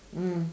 mm